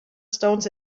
stones